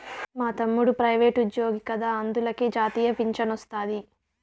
మా తమ్ముడు ప్రైవేటుజ్జోగి కదా అందులకే జాతీయ పింఛనొస్తాది